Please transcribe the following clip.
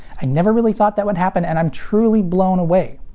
i never really thought that would happen, and i'm truly blown away.